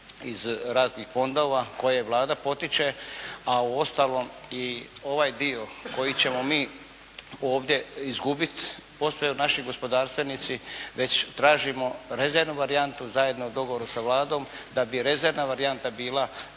iz raznih fondova koje Vlada potiče, a u ostalom i ovaj dio koji ćemo mi ovdje izgubiti … /Govornik se ne razumije./ … gospodarstvenici već tražimo rezervnu varijantu zajedno u dogovoru sa Vladom da bi rezervna varijanta bila